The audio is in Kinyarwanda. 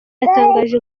yatangaje